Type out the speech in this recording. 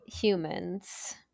humans